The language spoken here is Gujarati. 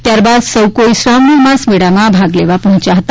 ત્યારબાદ સૌ કોઇ શ્રાવણી અમાસ મેળામાં ભાગ લેવા પહોંચ્યા હતા